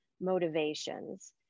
motivations